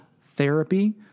therapy